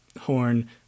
horn